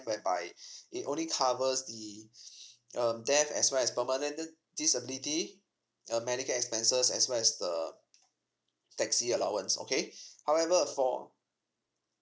whereby it only covers the um death as well as permanent d~ disability uh medical expenses as well as the taxi allowance okay however for